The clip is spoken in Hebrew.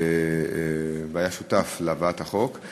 והיה שותף להבאת החוק.